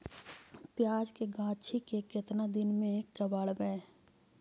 प्याज के गाछि के केतना दिन में कबाड़बै?